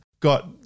got